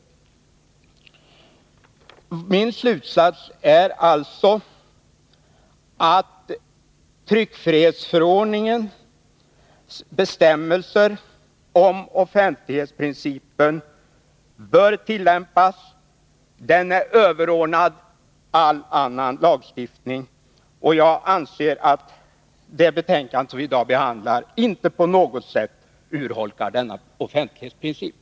Min slutsats är alltså att tryckfrihetsförordningens bestämmelser om offentlighetsprincipen bör tillämpas och att denna lagstiftning är överordnad all annan lagstiftning. Jag anser att det betänkande som vi i dag behandlar inte på något sätt urholkar denna offentlighetsprincip.